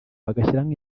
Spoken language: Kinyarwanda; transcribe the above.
bagashyiramo